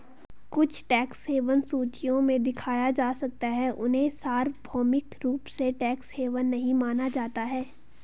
कुछ tax haven सूचियों में दिखाया जा सकता है, उन्हें सार्वभौमिक रूप से टैक्स हेवन नहीं माना जाता है